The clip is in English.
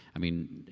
i mean.